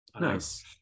Nice